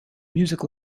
music